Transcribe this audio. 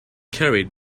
carried